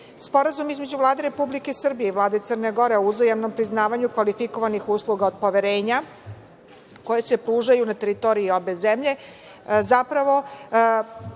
zemlje. Sporazum između Vlade Republike Srbije i Vlade Crne Gore o uzajamnom priznavanju kvalifikovanih usluga od poverenja, koje se pružaju na teritoriji obe zemlje,